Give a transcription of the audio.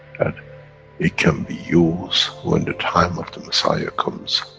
that it can be used when the time of the messiah comes,